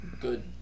good